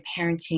parenting